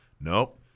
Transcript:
Nope